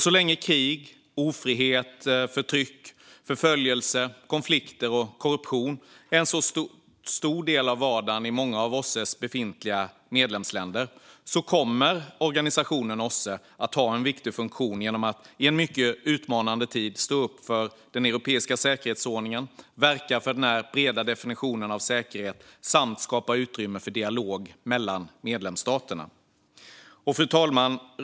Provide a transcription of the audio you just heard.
Så länge krig, ofrihet, förtryck, förföljelse, konflikter och korruption är en så stor del av vardagen i många av OSSE:s medlemsländer kommer OSSE att ha en viktig funktion genom att i en mycket utmanande tid stå upp för den europeiska säkerhetsordningen, verka för en bred definition av säkerhet samt skapa utrymme för dialog mellan medlemsstaterna. Fru talman!